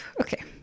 okay